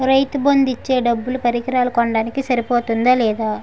రైతు బందు ఇచ్చే డబ్బులు పరికరాలు కొనడానికి సరిపోతుందా లేదా?